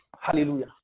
Hallelujah